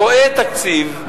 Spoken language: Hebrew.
ורואה תקציב,